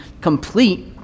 complete